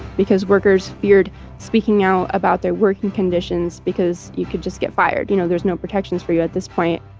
because workers feared speaking out about their working conditions because you could just get fired you know, there's no protections for you at this point